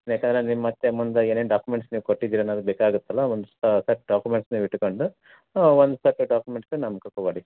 ಬೇಕಾದರೆ ನೀವು ಮತ್ತೆ ಮುಂದೆ ಏನೇನು ಡಾಕ್ಯುಮೆಂಟ್ಸ್ ನೀವು ಕೊಟ್ಟಿದ್ದೀರ ಅನ್ನೋದು ಬೇಕಾಗುತ್ತಲ್ಲ ಒಂದು ಸೆಟ್ ಡಾಕ್ಯುಮೆಂಟ್ಸ್ ನೀವು ಇಟ್ಟುಕೊಂಡು ಒಂದು ಸೆಟ್ ಡಾಕ್ಯುಮೆಂಟ್ಸ್ ನಮ್ಗೆ ಕೊಡಿ